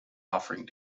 offering